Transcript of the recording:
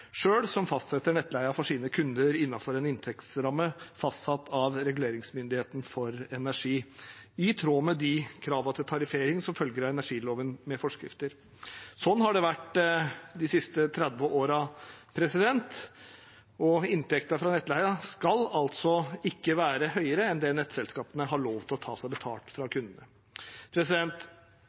som fastsetter nettleien for sine kunder innenfor en inntektsramme fastsatt av Reguleringsmyndigheten for energi i tråd med de kravene til tariffering som følger av energiloven med forskrifter. Sånn har det vært de siste 30 årene, og inntektene fra nettleien skal altså ikke være høyere enn det nettselskapene har lov til å ta seg betalt fra kundene.